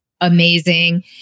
amazing